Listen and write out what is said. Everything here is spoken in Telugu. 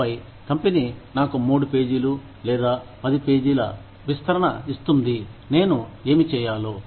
ఆపై కంపెనీ నాకు మూడు పేజీలు లేదా పది పేజీల విస్తరణ ఇస్తుంది నేను ఏమి చేయాలో